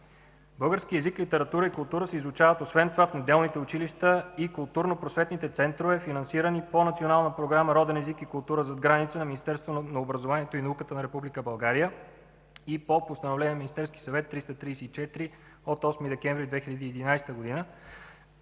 Българският език, литературата и култура се изучават освен това в неделните училища и културно-просветните центрове, финансирани по Национална програма „Роден език и култура зад граница” на Министерството на образованието и науката на Република България и по Постановление 334 на Министерския съвет от 8 декември 2011 г.